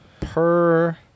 Per-